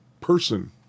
person